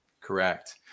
Correct